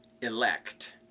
elect